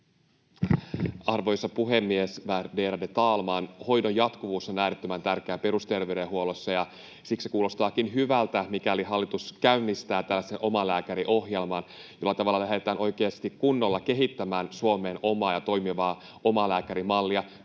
Arvoisa puhemies, värderade talman! Hoidon jatkuvuus on äärettömän tärkeää perusterveydenhuollossa, ja siksi kuulostaakin hyvältä, mikäli hallitus käynnistää tällaisen Omalääkäri-ohjelman, jolla tavallaan lähdetään oikeasti, kunnolla kehittämään Suomeen omaa ja toimivaa omalääkärimallia